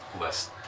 less